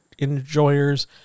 enjoyers